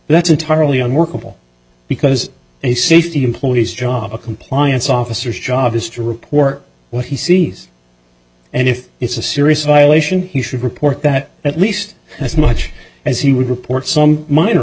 that's entirely unworkable because a safety employee's job a compliance officers job just report what he sees and if it's a serious violation he should report that at least as much as he would report some minor